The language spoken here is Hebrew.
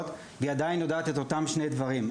והיא עדיין יודעת את אותם שני דברים.